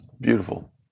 beautiful